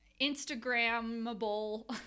instagramable